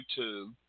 YouTube